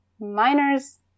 miners